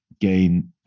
gain